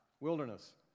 wilderness